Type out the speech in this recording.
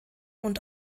und